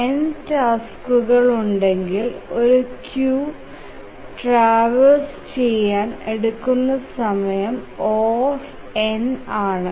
N ടാസ്ക്കുകൾ ഉണ്ടെങ്കിൽ ഒരു ക്യൂ ട്രവേഴ്സ് ചെയാൻ എടുക്കുന്ന സമയം O ആണ്